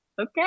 Okay